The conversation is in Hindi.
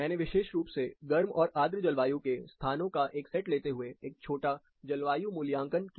मैंने विशेष रूप से गर्म और आर्द्र जलवायु के स्थानों का एक सेट लेते हुए एक छोटा जलवायु मूल्यांकन किया